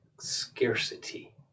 scarcity